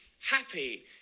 happy